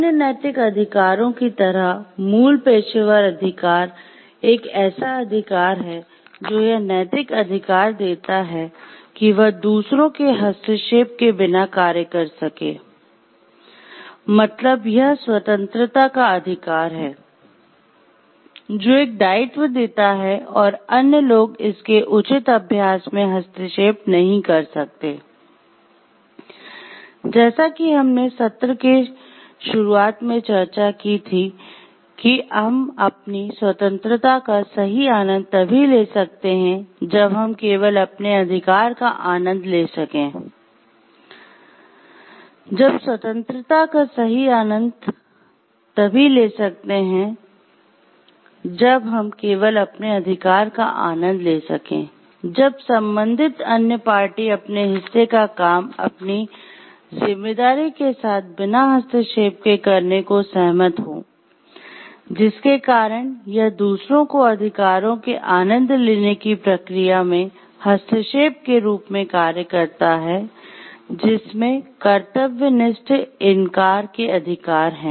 अन्य नैतिक अधिकारों की तरह मूल पेशेवर अधिकार एक ऐसा अधिकार है जो यह नैतिक अधिकार देता है कि वह दूसरों के हस्तक्षेप के अधिकार हैं